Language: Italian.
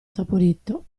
saporito